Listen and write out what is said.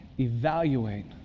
Evaluate